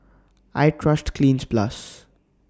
I Trust Cleanz Plus